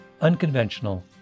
unconventional